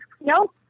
Nope